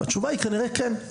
והתשובה היא כנראה כן,